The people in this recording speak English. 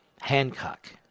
Hancock